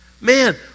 man